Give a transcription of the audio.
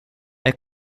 est